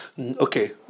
Okay